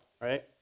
right